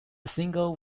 single